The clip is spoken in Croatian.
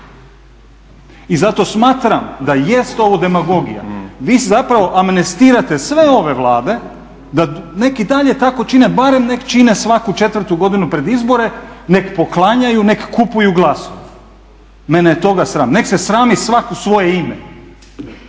I zato smatram da jest ovo demagogija. Vi zapravo amnestirate sve ove Vlade da nek' i dalje tako čine, barem nek' čine svaku četvrtu godinu pred izbore, nek' poklanjaju, nek' kupuju glasove. Mene je toga sram. Nek' se srami svak u svoje ime.